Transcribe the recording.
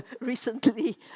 Recently